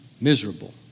miserable